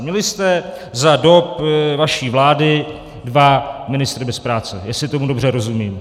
Měli jste za dob vaší vlády dva ministry bez práce, jestli tomu dobře rozumím.